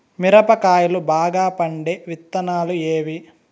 మిరప కాయలు బాగా పండే విత్తనాలు ఏవి